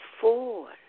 four